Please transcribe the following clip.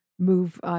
move